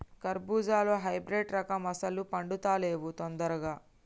కర్బుజాలో హైబ్రిడ్ రకం అస్సలు పండుతలేవు దొందరగా